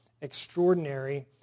extraordinary